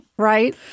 Right